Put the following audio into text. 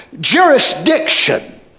jurisdiction